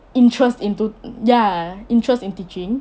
interest into ya interest in teaching